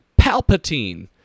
Palpatine